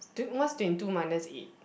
t~ what's twenty two minus eight